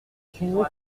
souligner